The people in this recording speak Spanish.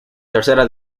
tercera